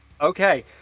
Okay